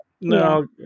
no